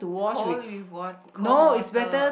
cold with wat~ cold water